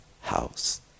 house